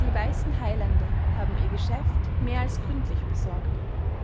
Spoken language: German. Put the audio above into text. die weißen heilande haben ihr geschäft mehr als gründlich besorgt